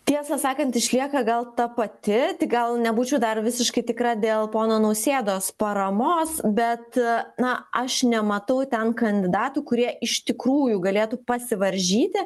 tiesą sakant išlieka gal ta pati tik gal nebūčiau dar visiškai tikra dėl pono nausėdos paramos bet na aš nematau ten kandidatų kurie iš tikrųjų galėtų pasivaržyti